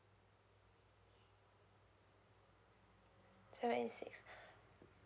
seven eight six